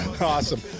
Awesome